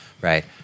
right